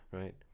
right